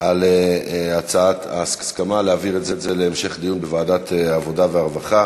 על ההסכמה להעביר את הנושא להמשך דיון בוועדת העבודה והרווחה.